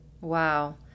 Wow